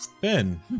ben